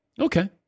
Okay